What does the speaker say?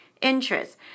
interest